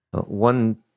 One